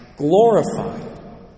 glorified